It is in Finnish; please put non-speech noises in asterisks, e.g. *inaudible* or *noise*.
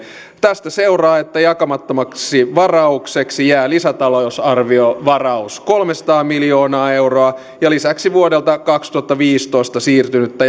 tästä seuraa että jakamattomaksi varaukseksi jää lisätalousarviovaraus kolmesataa miljoonaa euroa ja lisäksi vuodelta kaksituhattaviisitoista siirtynyttä *unintelligible*